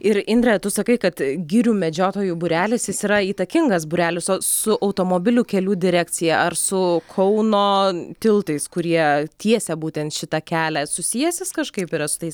ir indre tu sakai kad girių medžiotojų būrelis jis yra įtakingas būrelis o su automobilių kelių direkcija ar su kauno tiltais kurie tiesė būtent šitą kelią susijęs jis kažkaip yra su tais